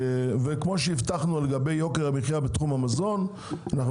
כמו שהבטחנו לגבי יוקר המחיה בתחום המזון אנחנו